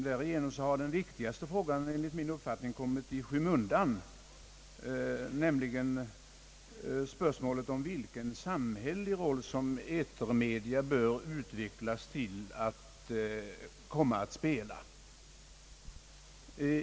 Därigenom har den viktigaste frågan kom mit i skymundan, nämligen spörsmålet om vilken samhällelig roll som dessa etermedia bör utvecklas till att spela.